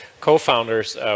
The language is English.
co-founders